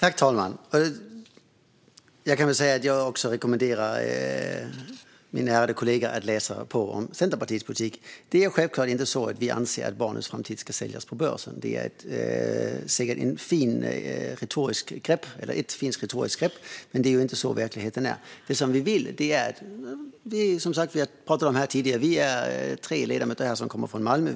Fru talman! Jag rekommenderar i min tur min ärade kollega att läsa på om Centerpartiets politik. Det är självklart inte så att vi anser att barnens framtid ska säljas på börsen. Det är säkert ett fint retoriskt grepp, men det är inte så verkligheten ser ut. Vad vi vill har vi pratat om här tidigare. Vi är tre ledamöter här som kommer från Malmö.